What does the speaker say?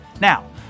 Now